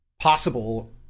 Possible